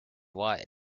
wide